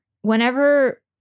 whenever